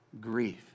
grief